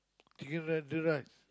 together the rice